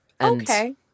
okay